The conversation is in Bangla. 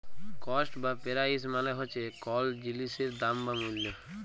কস্ট বা পেরাইস মালে হছে কল জিলিসের দাম বা মূল্য